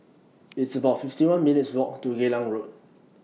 It's about fifty one minutes' Walk to Geylang Road